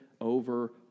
over